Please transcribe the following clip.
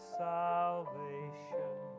salvation